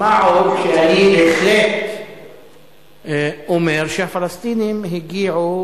מה עוד, שאני בהחלט אומר שהפלסטינים הגיעו